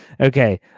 Okay